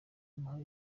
amahoro